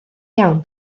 iawn